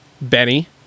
Benny